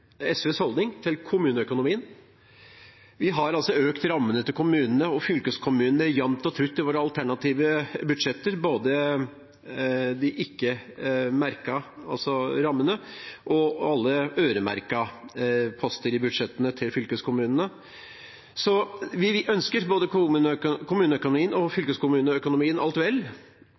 SVs holdning til kommuneøkonomien. Vi har økt rammene til kommunene og fylkeskommunene jamt og trutt i våre alternative budsjetter, både de ikke-merkete – altså rammene – og alle øremerkete poster i budsjettene til fylkeskommunene. Vi ønsker både kommuneøkonomien og fylkeskommuneøkonomien alt vel,